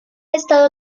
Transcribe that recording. estado